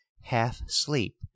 half-sleep